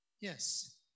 Yes